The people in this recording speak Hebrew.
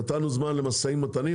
נתנו זמן למשאים ומתנים,